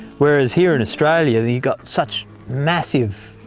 where as here in australia, you've got such massive